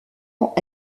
ans